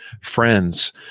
friends